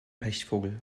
pechvogel